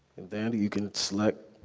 then and you can select